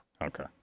Okay